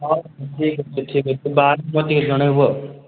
ହଁ ଠିକ୍ ଅଛି ଯିବା ଦେଖିବା ବାହାରିଲେ ଜଣାଇବ